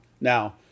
Now